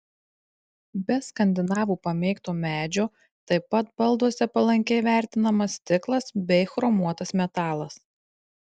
be skandinavų pamėgto medžio taip pat balduose palankiai vertinamas stiklas bei chromuotas metalas